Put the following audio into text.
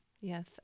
Yes